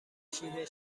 کشیده